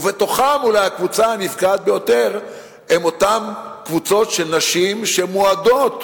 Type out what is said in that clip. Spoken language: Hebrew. ובתוכן אולי הנפגעות ביותר הן אותן קבוצות של נשים שמועדות